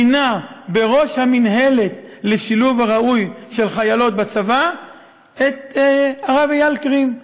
מינה בראש המינהלת לשילוב ראוי של חיילות בצבא את הרב אייל קרים.